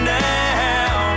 now